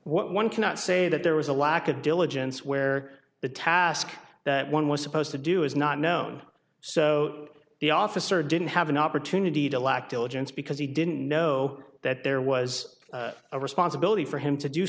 one cannot say that there was a lack of diligence where the task that one was supposed to do is not known so the officer didn't have an opportunity to lack diligence because he didn't know that there was a responsibility for him to do